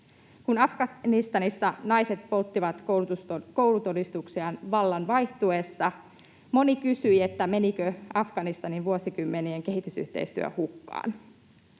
Kun Afganistanissa naiset polttivat koulutodistuksiaan vallan vaihtuessa, moni kysyi, menikö Afganistanin vuosikymmenien kehitysyhteistyö hukkaan.